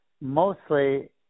mostly